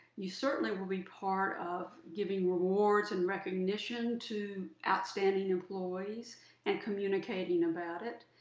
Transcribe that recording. you certainly will be part of giving rewards and recognition to outstanding employees and communicating about it.